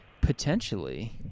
potentially